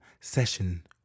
session